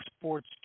Sports